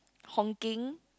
honking